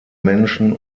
menschen